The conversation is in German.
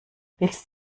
willst